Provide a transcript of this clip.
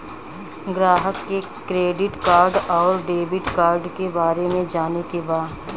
ग्राहक के credit card और डेविड कार्ड के बारे में जाने के बा?